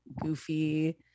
goofy